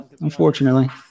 unfortunately